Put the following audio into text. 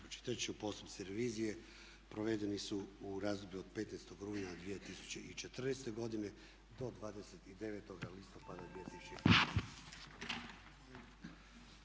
ću. Postupci revizije provedeni su u razdoblju od 15. rujna 2014. godine do 29. listopada